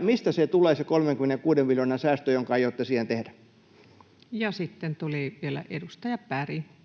mistä tulee se 36 miljoonan säästö, jonka aiotte siihen tehdä. Ja sitten tuli vielä edustaja Berg.